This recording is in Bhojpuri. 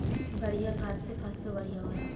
बढ़िया खाद से फसलों बढ़िया होला